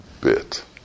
bit